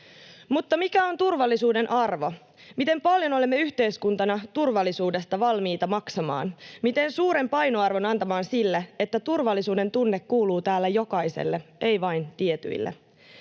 Mutta mikä on turvallisuuden arvo? Miten paljon olemme yhteiskuntana turvallisuudesta valmiita maksamaan, miten suuren painoarvon antamaan sille, että turvallisuudentunne kuuluu täällä jokaiselle, ei vain tietyille?